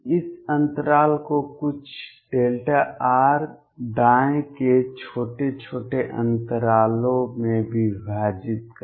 इस अंतराल को कुछ r दाएं के छोटे छोटे अंतरालों में विभाजित करें